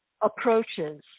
approaches